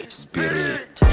spirit